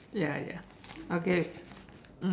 ya ya okay